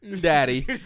Daddy